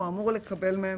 הוא אמור לקבל מהם